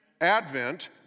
Advent